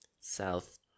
South